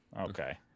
okay